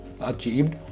achieved